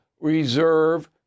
reserve